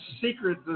secret